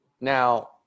Now